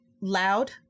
loud